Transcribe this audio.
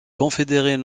confédérés